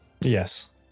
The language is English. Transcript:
Yes